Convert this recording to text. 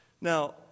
Now